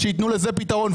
שייתנו לזה פתרון.